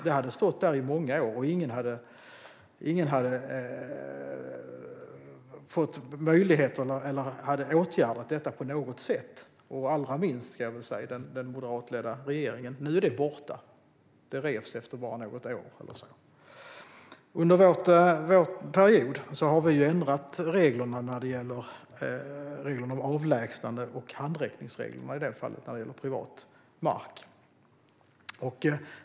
Det hade stått där i många år, och ingen hade åtgärdat det på något sätt - allra minst den moderatledda regeringen. Nu är det borta. Det revs efter bara något år. Under vår period har vi ändrat reglerna om avlägsnande och handräckning när det gäller privat mark.